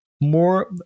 more